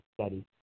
study